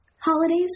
Holidays